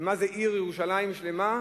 ומה זה עיר ירושלים שלמה?